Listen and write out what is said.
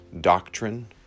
doctrine